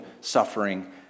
suffering